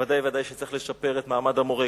ודאי וודאי שצריך לשפר את מעמד המורה.